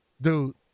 Dude